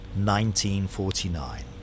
1949